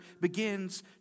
begins